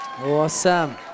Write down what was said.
Awesome